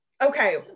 Okay